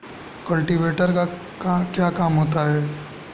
Cultivator का क्या काम होता है?